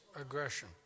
aggression